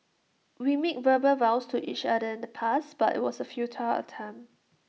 we made verbal vows to each other in the past but IT was A futile attempt